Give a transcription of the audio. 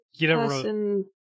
person